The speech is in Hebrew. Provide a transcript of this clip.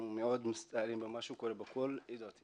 אנחנו מאוד מצטערים על מה שקורה בכל העדות,